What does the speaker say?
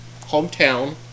hometown